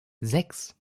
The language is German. sechs